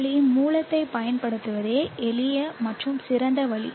ஒளி மூலத்தைப் பயன்படுத்துவதே எளிய மற்றும் சிறந்த வழி